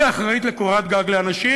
היא האחראית לקורת גג לאנשים,